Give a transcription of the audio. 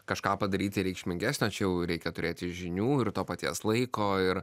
kažką padaryti reikšmingesnio čia jau reikia turėti žinių ir to paties laiko ir